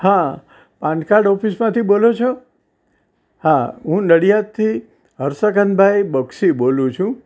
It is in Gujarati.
હા પાનકાર્ડ ઓફિસમાંથી બોલો છો હા હું નડિયાદથી હરસકન ભાઈ બક્ષી બોલું છું